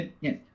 Yes